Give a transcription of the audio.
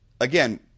again